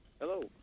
Hello